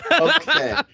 Okay